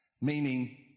Meaning